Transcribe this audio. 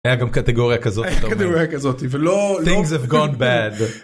היה קטגוריה כזאת, קטגוריה כזאת ולא לא, things have gone bad